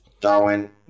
Darwin